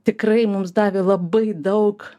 tikrai mums davė labai daug